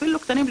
אפילו קטנים.